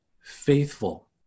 Faithful